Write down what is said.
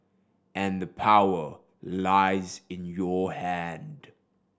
and the power lies in your hand